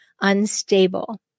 unstable